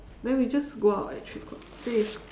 then we just go out at three o-clock say it's